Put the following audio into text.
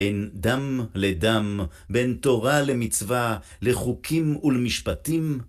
בין דם לדם, בין תורה למצווה, לחוקים ולמשפטים.